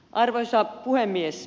arvoisa puhemies